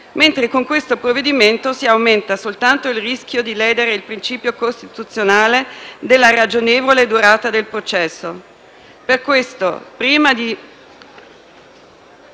mentre con questo provvedimento si aumenta soltanto il rischio di ledere il principio costituzionale della ragionevole durata del processo. Per questo, prima di